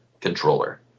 controller